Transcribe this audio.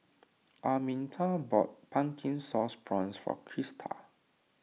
Arminta bought Pumpkin Sauce Prawns for Krista